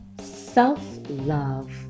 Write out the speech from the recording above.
Self-love